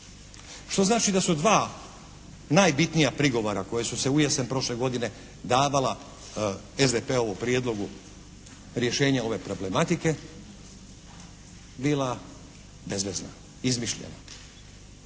Što znači da su dva najbitnija prigovora koja su se ujesen prošle godine davala SDP-ovu prijedlogu rješenja ove problematike bila bezvezna, izmišljena.